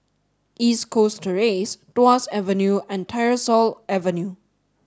East Coast Terrace Tuas Avenue and Tyersall Avenue